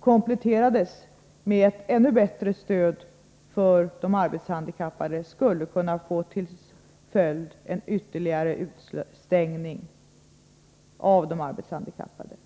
kompletterades med ett ännu bättre stöd för de arbetshandikappade, skulle det kunna få till följd en ytterligare utestängning av de arbetshandikappade.